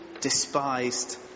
despised